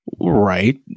Right